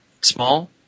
small